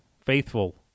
faithful